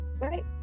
right